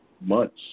months